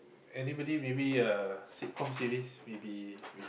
anybody maybe uh sitcom series maybe